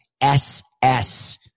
SS